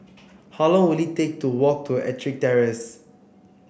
how long will it take to walk to EttricK Terrace